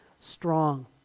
strong